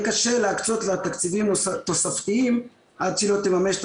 קשה להקצות לה תקציבים תוספתיים עד שהיא לא תממש את